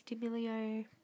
D'Amelio